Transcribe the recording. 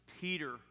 Peter